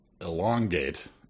elongate